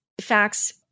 facts